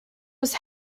was